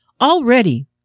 Already